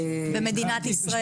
במדינת ישראל.